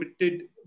limited